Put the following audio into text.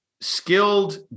Skilled